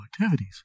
activities